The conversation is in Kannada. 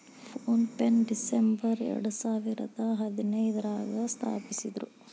ಫೋನ್ ಪೆನ ಡಿಸಂಬರ್ ಎರಡಸಾವಿರದ ಹದಿನೈದ್ರಾಗ ಸ್ಥಾಪಿಸಿದ್ರು